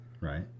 Right